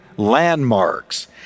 landmarks